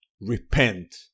Repent